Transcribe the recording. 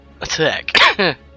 attack